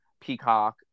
peacock